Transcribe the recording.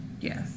Yes